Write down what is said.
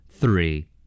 Three